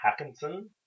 Hackinson